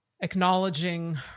acknowledging